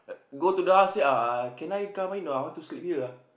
go to the house say uh can I come in your house to sleep here ah